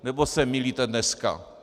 Nebo se mýlíte dneska?